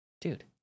dude